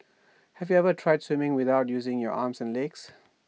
have you ever tried swimming without using your arms and legs